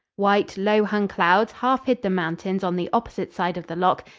white, low-hung clouds half hid the mountains on the opposite side of the loch,